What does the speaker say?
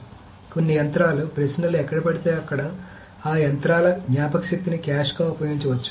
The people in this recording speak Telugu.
కాబట్టి కొన్ని యంత్రాలు ప్రశ్నలు ఎక్కడ పడితే అక్కడ ఆ యంత్రాల జ్ఞాపకశక్తిని క్యాష్ గా ఉపయోగించవచ్చు